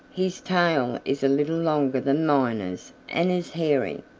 his tail is a little longer than miner's and is hairy.